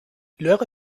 luego